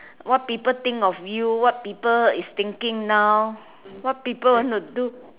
what people think of you what people is thinking now what people want to do